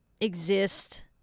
exist